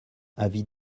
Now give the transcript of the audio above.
avis